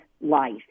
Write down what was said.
life